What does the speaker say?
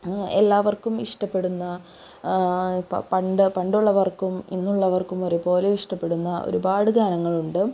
എല്ലാവർക്കും ഇഷ്ടപ്പെടുന്ന ഇപ്പോൾ പണ്ട് പണ്ടുള്ളവർക്കും ഇന്നുള്ളവർക്കും ഒരുപോലെ ഇഷ്ടപ്പെടുന്ന ഒരുപാട് ഗാനങ്ങളുണ്ട്